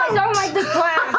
don't like this plan.